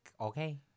okay